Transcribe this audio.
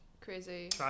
crazy